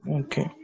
okay